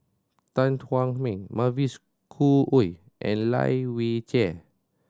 Tan Thuan Heng Mavis Khoo Oei and Lai Weijie